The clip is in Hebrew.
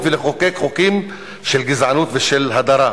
ולחוקק חוקים של גזענות ושל הדרה.